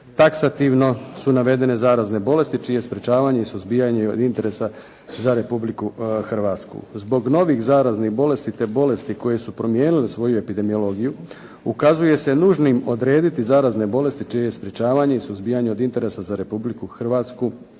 taksativno su navedene zarazne bolesti čije sprečavanje i suzbijanje je od interesa za Republiku Hrvatsku. Zbog novih zaraznih bolesti, te bolesti koje su promijenile svoju epidemiologiju ukazuje se nužnim odrediti zarazne bolesti čije je sprečavanje i suzbijanje od interesa za Republiku Hrvatsku